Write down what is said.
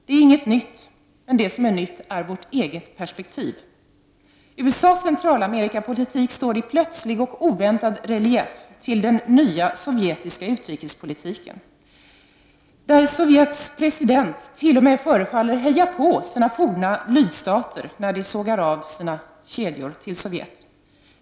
Det är inte något nytt — det som är nytt är vårt eget perspektiv. USA:s Centralamerikapolitik står i plötslig och oväntad relief mot den nya sovjetiska utrikespolitiken. Sovjets president förefaller t.o.m. heja på sina forna lydstater när dessa sågar av kedjorna till Sovjet.